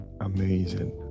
amazing